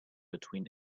between